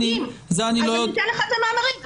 אני אתן לך את המאמרים.